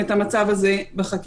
אבל בבסיס, זה קודם כל לא לקחת.